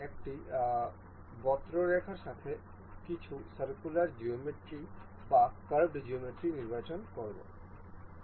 আমরা একটি বক্ররেখার সাথে কিছু সার্কুলার জিওমেট্রি বা কার্ভাড জিওমেট্রি নির্বাচন করব